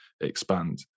expand